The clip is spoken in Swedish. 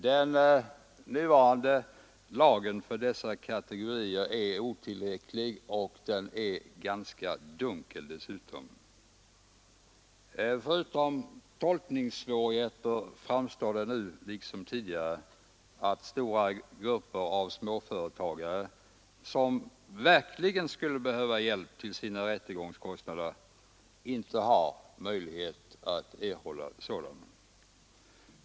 Den nuvarande lagen är för denna kategori otillräcklig och den är dessutom ganska dunkel. Förutom att lagen erbjuder tolkningssvårigheter innebär den att stora grupper av småföretagare, som verkligen skulle behöva hjälp till sina rättegångskostnader, inte har möjlighet att erhålla sådan.